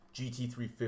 GT350